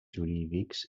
jurídics